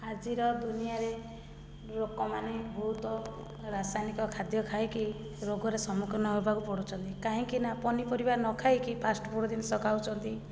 ଆଜିର ଦୁନିଆରେ ଲୋକମାନେ ବହୁତ ରାସାୟନିକ ଖାଦ୍ୟ ଖାଇକି ରୋଗରେ ସମ୍ମୁଖୀନ ହେବାକୁ ପଡ଼ୁଛନ୍ତି କାହିଁକି ନା ପନିପରିବା ନ ଖାଇକି ଫାଷ୍ଟଫୁଡ଼୍ ଜିନିଷ ଖାଉଛନ୍ତି